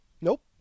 Nope